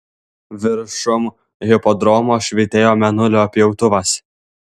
viršum hipodromo švytėjo mėnulio pjautuvas